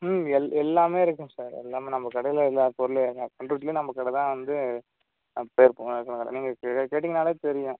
ம் எல் எல்லாமே இருக்கும் சார் எல்லாமே நம்ப கடையில் இல்லாத பொருளே இல்லை பண்ரூட்டிக்கே நம்ப கடை தான் வந்து பேர் போன கடை நீங்கள் இங்கே கேட்டிங்கன்னாலே தெரியும்